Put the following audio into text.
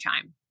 time